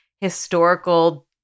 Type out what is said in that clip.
historical